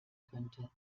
könnte